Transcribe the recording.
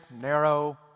narrow